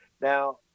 Now